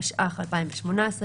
התשע"ח 2018,